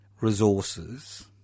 resources